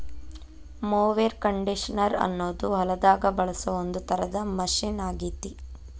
mower conditioner ಅನ್ನೋದು ಹೊಲದಾಗ ಬಳಸೋ ಒಂದ್ ತರದ ಮಷೇನ್ ಆಗೇತಿ